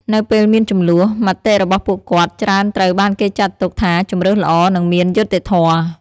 នៅពេលមានជម្លោះ មតិរបស់ពួកគាត់ច្រើនត្រូវបានគេចាត់ទុកថាជម្រើសល្អ និងមានយុត្តិធម៌។